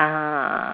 err